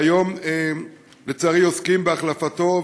והיום, לצערי, עוסקים בהחלפתו.